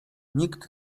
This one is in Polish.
nikt